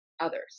others